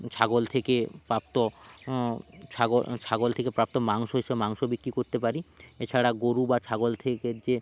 ছাগল থেকে প্রাপ্ত ছাগল থেকে প্রাপ্ত মাংস এসে মাংস বিক্রি করতে পারি এছাড়া গরু বা ছাগল থেকে যে